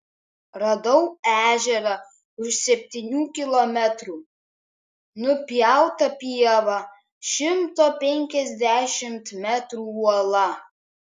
radau ežerą už septynių kilometrų nupjauta pieva šimto penkiasdešimt metrų uola